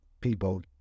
people